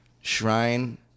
shrine